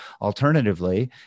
Alternatively